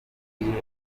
imvugo